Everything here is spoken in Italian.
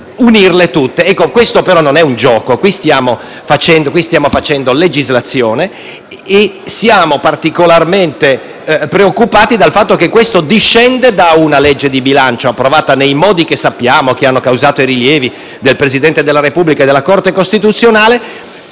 le altre. Ecco, questo però non è un gioco. Qui stiamo facendo legislazione e siamo particolarmente preoccupati per il fatto che il provvedimento al nostro esame discende da una legge di bilancio, approvata nei modi che sappiamo e che hanno causato i rilievi del Presidente della Repubblica e della Corte costituzionale,